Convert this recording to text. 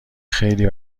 خیلی